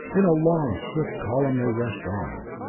in a long, swift column they rushed on.